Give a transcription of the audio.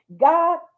God